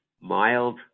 mild